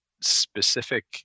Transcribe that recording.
specific